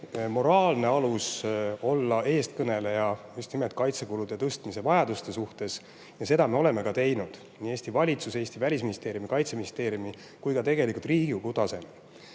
moraalne alus olla eestkõneleja just nimelt kaitsekulude tõstmise vajaduste suhtes ja seda oleme ka teinud – nii Eesti valitsuse, Eesti välisministeeriumi, kaitseministeeriumi kui ka tegelikult Riigikogu tasemel.